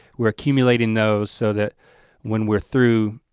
we're accumulating those so that when we're through